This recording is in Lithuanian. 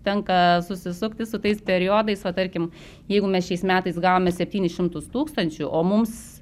tenka susisukti su tais periodais va tarkim jeigu mes šiais metais gavome septynis šimtus tūkstančių o mums